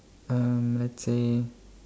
uh let's say